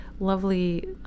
Lovely